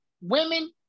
women